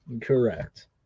Correct